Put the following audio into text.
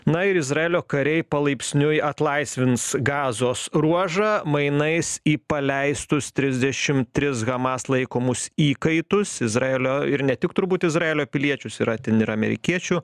na ir izraelio kariai palaipsniui atlaisvins gazos ruožą mainais į paleistus trisdešim tris hamas laikomus įkaitus izraelio ir ne tik turbūt izraelio piliečius yra ten ir amerikiečių